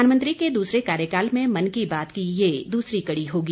प्रधानमंत्री के दूसरे कार्यकाल में मन की बात की ये दूसरी कड़ी होगी